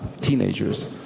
teenagers